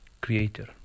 creator